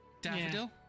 Daffodil